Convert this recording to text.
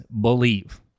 believe